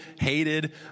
hated